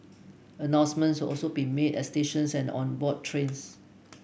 announcements also be made at stations and on board trains